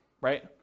right